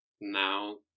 now